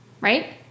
right